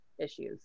issues